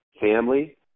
family